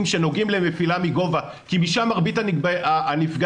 שנוגעים לנפילה מגובה כי משם מרבית הנפגעים.